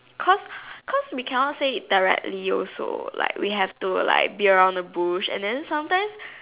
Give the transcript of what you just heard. cause cause we cannot say directly also like we have to like beat around the bush and then sometimes